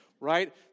Right